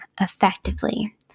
effectively